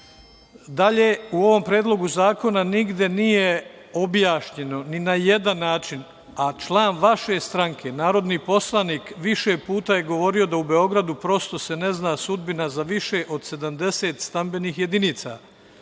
lica. Dalje, u ovom Predlogu zakona nigde nije objašnjeno ni na jedan način, a član vaše stranke narodni poslanik više puta je govorio da u Beogradu prosto se ne zna sudbina za više od 70 stambenih jedinica.